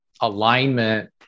alignment